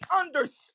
understood